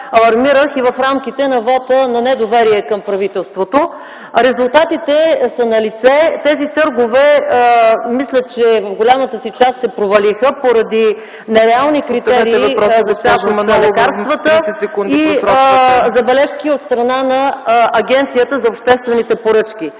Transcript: алармирах и в рамките на вота на недоверие към правителството. Резултатите са налице – мисля, че в голямата си част тези търгове се провалиха поради нереални критерии за част от лекарствата и забележки от страна на Агенцията за обществените поръчки.